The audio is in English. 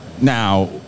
Now